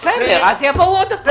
בסדר, אז יבואו עוד פעם.